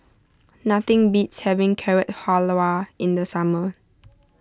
nothing beats having Carrot Halwa in the summer